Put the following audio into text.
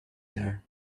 there